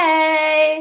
Hey